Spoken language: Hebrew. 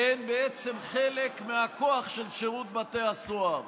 שהן בעצם חלק מהכוח של שירות בתי הסוהר,